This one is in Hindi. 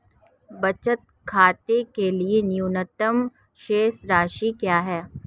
बचत खाते के लिए न्यूनतम शेष राशि क्या है?